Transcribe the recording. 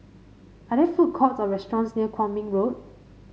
are there food courts or restaurants near Kwong Min Road